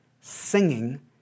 singing